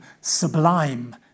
sublime